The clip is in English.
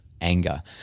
anger